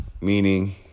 meaning